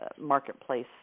marketplace